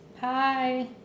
hi